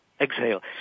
Exhale